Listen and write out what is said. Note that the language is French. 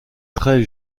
très